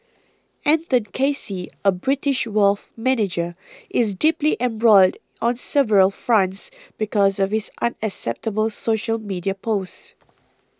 Anton Casey a British wealth manager is deeply embroiled on several fronts because of his unacceptable social media posts